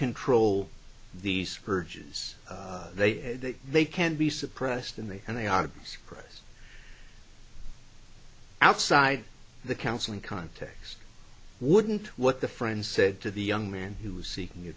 control these urges they they can be suppressed and they and they are outside the counseling context wouldn't what the friend said to the young man who was seeking